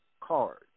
card